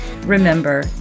Remember